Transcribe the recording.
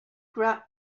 grab